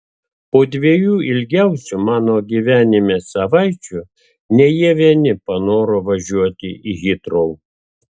po dviejų ilgiausių mano gyvenime savaičių ne jie vieni panoro važiuoti į hitrou